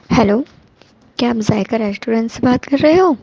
hello کیا آپ Zaiqa restaurant سے بات کر رہے ہو